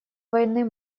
войны